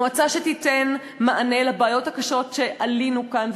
מועצה שתיתן מענה לבעיות הקשות שהעלינו כאן,